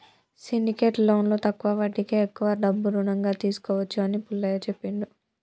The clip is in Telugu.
సిండికేట్ లోన్లో తక్కువ వడ్డీకే ఎక్కువ డబ్బు రుణంగా తీసుకోవచ్చు అని పుల్లయ్య చెప్పిండు